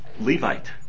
Levite